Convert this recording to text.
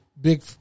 big